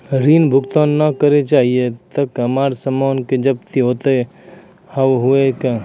ऋण भुगतान ना करऽ पहिए तह हमर समान के जब्ती होता हाव हई का?